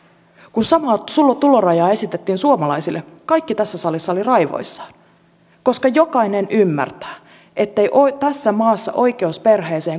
kun samaa tulorajaa esitettiin suomalaisille kaikki tässä salissa olivat raivoissaan koska jokainen ymmärtää ettei tässä maassa oikeus perheeseen kuulu vain rikkaille